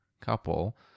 couple